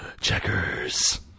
Checkers